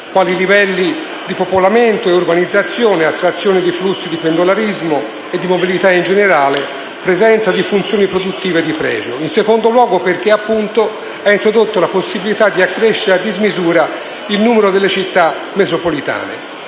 quali i livelli di popolamento e urbanizzazione, attrazione di flussi di pendolarismo e di mobilità in generale, presenza di funzioni produttive di pregio. In secondo luogo, ha introdotto la possibilità di accrescere a dismisura il numero delle Città metropolitane.